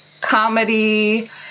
comedy